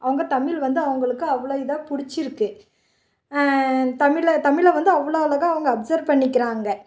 அவங்க தமிழ் வந்து அவங்களுக்கு அவ்வளோ இதாக பிடிச்சிருக்கு தமிழை தமிழை வந்து அவ்வளோ அழகாக அவங்க அப்சர் பண்ணிக்கிறாங்க